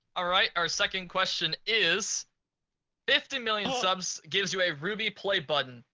all right our second question is fifty million subs gives you a ruby play button.